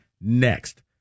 next